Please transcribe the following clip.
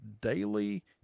daily